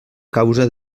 causa